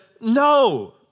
no